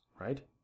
right